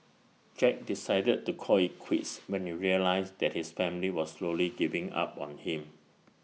Jack decided to call IT quits when he realised that his family was slowly giving up on him